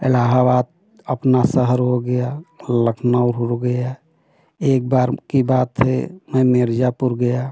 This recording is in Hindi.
इलाहाबाद अपना शहर हो गया लखनऊ हो गया एक बार की बात है मैं मिर्ज़ापुर गया